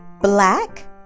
black